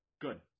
Good